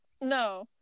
No